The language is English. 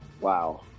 Wow